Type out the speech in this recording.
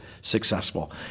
successful